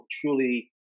truly